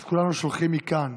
אז כולנו שולחים מכאן